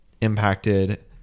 impacted